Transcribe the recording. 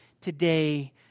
today